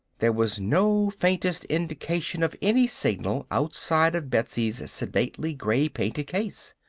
there was no faintest indication of any signal outside of betsy's sedately gray-painted case.